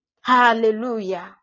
Hallelujah